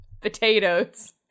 potatoes